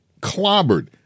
clobbered